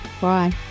Bye